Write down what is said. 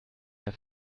der